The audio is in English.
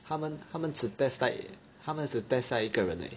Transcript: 他们他们只 test 在一个人而已